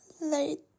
Late